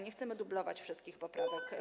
Nie chcemy dublować wszystkich poprawek.